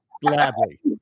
Gladly